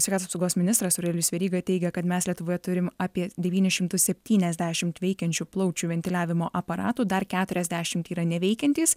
sveikatos saugos ministras aurelijus veryga teigia kad mes lietuvoje turim apie devynis šimtus septyniasdešimt veikiančių plaučių ventiliavimo aparatų dar keturiasdešimt yra neveikiantys